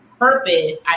purpose